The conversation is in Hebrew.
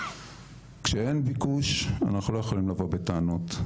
כשאין ביקוש אנחנו לא יכולים לבוא בטענות.